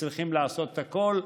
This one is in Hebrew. שצריכים לעשות את הכול.